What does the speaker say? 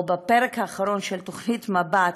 או בפרק האחרון של התוכנית מבט,